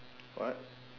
what